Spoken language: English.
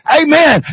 amen